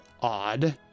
odd